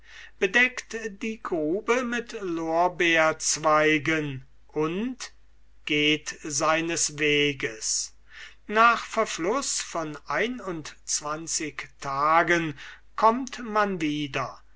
bedeckt die grube mit lorbeerzweigen und geht seines weges nach verfluß von ein und zwanzig tagen kömmt man wieder